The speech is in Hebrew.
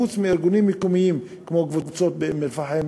חוץ מארגונים מקומיים כמו קבוצות באום-אלפחם